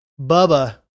bubba